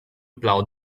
plough